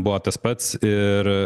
buvo tas pats ir